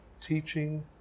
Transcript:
Teaching